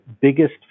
biggest